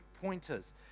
pointers